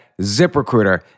ZipRecruiter